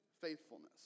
faithfulness